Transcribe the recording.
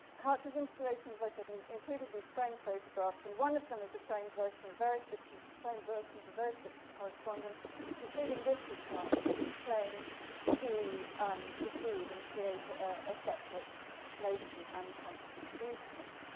hartley's installations, i said, and included these frame photographs and one of them was a framed version of various bits of framed versions of various bits of correspondence including this reply to his claim to secede and create ah a separate nation and constitution.